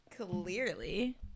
Clearly